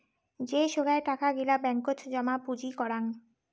যে সোগায় টাকা গিলা ব্যাঙ্কত জমা পুঁজি করাং